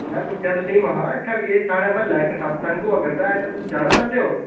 मैं पुच्छेआ तुसीं महां इत्थै साढ़े म्हल्लै इक सत्संग होआ करदा ऐ तुस जाना चांह्दे ओ